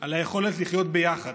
על היכולת לחיות ביחד.